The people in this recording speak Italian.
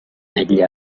negli